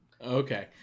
okay